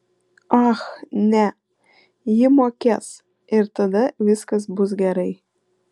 ach ne ji mokės ir tada viskas bus gerai